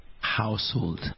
household